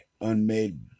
Unmade